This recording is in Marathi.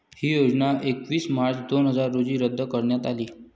ही योजना एकतीस मार्च दोन हजार रोजी रद्द करण्यात आली